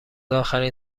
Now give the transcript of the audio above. آخرین